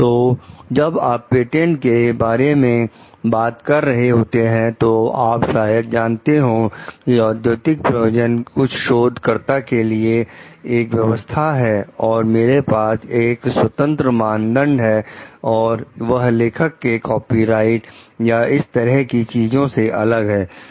तो जब आप पेटेंट के बारे में बात कर रहे होते हैं जो आप शायद जानते हो कि औद्योगिक प्रयोजन कुछ शोध कार्यो के लिए एक व्यवस्था है और मेरे पास एक स्वतंत्र मानदंड है और वह लेखक के कॉपीराइट या इस तरीके की चीजों से अलग है